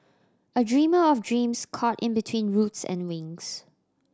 a dreamer of dreams caught in between roots and wings